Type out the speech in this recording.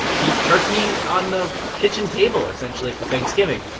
keep turkey on the kitchen table, essentially, for thanksgiving.